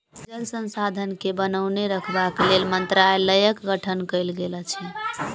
जल संसाधन के बनौने रखबाक लेल मंत्रालयक गठन कयल गेल अछि